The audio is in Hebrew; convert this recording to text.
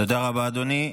תודה רבה, אדוני.